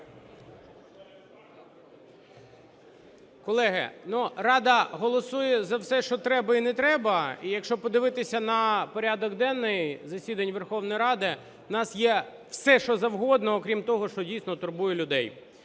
Колеги, Рада голосує за все, що треба і не треба. І якщо подивитися на порядок денний засідань Верховної Ради, у нас є все, що завгодно, крім того, що дійсно турбує людей